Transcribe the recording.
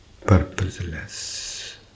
purposeless